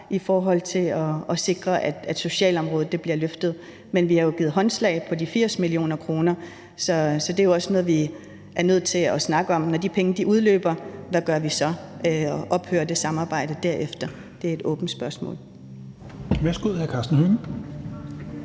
i forhold til at sikre, at socialområdet bliver løftet, men vi har jo givet håndslag på de 80 mio. kr. Så det er også noget, vi er nødt til at snakke om, for når de penge er brugt, hvad gør vi så? Ophører det samarbejde derefter? Det er et åbent spørgsmål.